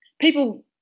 people